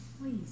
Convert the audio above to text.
Please